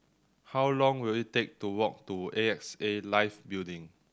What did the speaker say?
how long will it take to walk to A X A Life Building